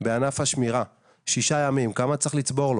בענף השמירה, שישה ימים, כמה צריך לצבור לו?